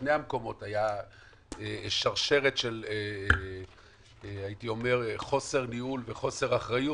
בשני המקומות הייתה שרשרת של חוסר ניהול וחוסר אחריות,